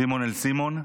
סימון אל סימון.